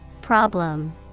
Problem